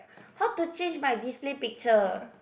how to change my display picture